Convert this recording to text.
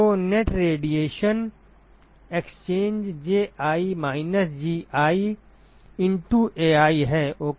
तो net radiation exchange Ji minus Gi into Ai है okay